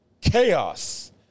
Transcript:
chaos